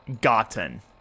gotten